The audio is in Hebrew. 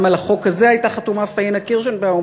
גם על החוק הזה הייתה חתומה פאינה קירשנבאום,